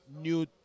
new